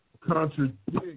contradict